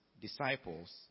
disciples